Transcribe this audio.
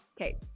Okay